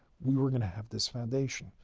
we were going to have this foundation.